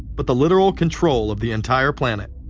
but the literal control of the entire planet.